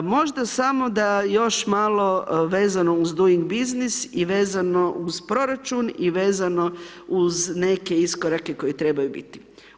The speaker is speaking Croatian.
Možda smo da još malo vezano u doing business i vezano uz proračun i vezano uz neke iskorake koji trebaju biti.